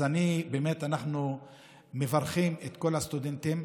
אז באמת, אנחנו מברכים את כל הסטודנטים,